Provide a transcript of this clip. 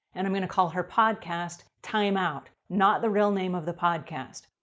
and i'm going to call her podcast, timeout, not the real name of the podcast.